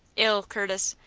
ill, curtis.